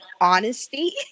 honesty